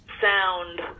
sound